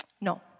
No